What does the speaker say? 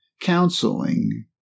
counseling